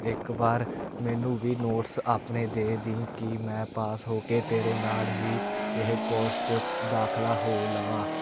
ਇੱਕ ਵਾਰ ਮੈਨੂੰ ਵੀ ਨੋਟਸ ਆਪਣੇ ਦੇ ਦੀ ਕਿ ਮੈਂ ਪਾਸ ਹੋ ਕੇ ਤੇਰੇ ਨਾਲ ਹੀ ਇਹ ਕੋਰਸ 'ਚ ਦਾਖਲਾ ਹੋ ਲਵਾਂ